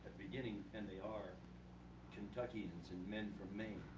beginning, and they are kentuckians and men from maine.